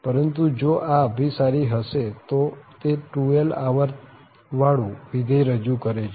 પરંતુ જો આ અભિસારી હશે તો તે 2l આવર્ત વાળું વિધેય રજુ કરે છે